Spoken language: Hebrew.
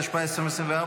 התשפ"ה 2024,